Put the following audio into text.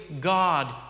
God